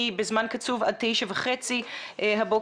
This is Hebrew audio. אני בזמן קצוב את תשע וחצי הבוקר,